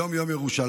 היום יום ירושלים,